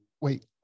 Wait